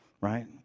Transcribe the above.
right